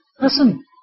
Listen